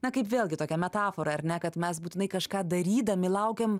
na kaip vėlgi tokią metaforą ar ne kad mes būtinai kažką darydami laukiam